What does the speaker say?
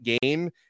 game